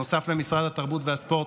נוסף למשרד התרבות והספורט